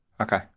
Okay